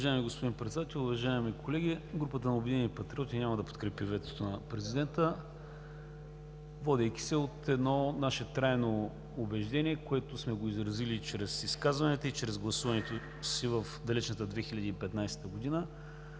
Уважаеми господин Председател, уважаеми колеги! Групата на „Обединени патриоти“ няма да подкрепи ветото на президента, водейки се от наше трайно убеждение, което сме изразили чрез изказванията и чрез гласуването си в далечната 2015 г.